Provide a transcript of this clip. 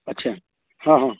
अच्छा हँ हँ